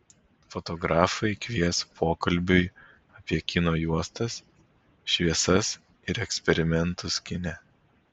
fotografai kvies pokalbiui apie kino juostas šviesas ir eksperimentus kine